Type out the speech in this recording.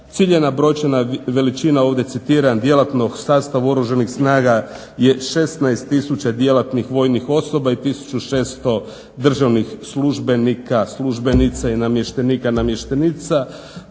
ciljana brojčana veličina ovdje citiram "djelatnog sastava Oružanih snaga je 16 djelatnih vojnih osoba i tisuću 600 državnih službenika, službenica i namještenika-namještenica.